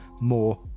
more